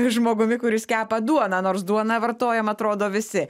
žmogumi kuris kepa duoną nors duoną vartojam atrodo visi